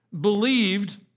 believed